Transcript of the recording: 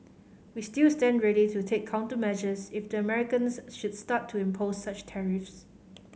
we still stand ready to take countermeasures if the Americans should start to impose such tariffs